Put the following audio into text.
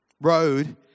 road